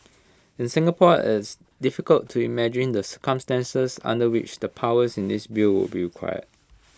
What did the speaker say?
in Singapore IT is difficult to imagine the circumstances under which the powers in this bill would be required